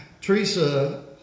Teresa